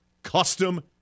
Custom